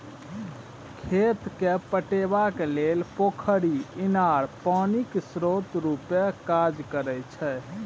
खेत केँ पटेबाक लेल पोखरि, इनार पानिक स्रोत रुपे काज करै छै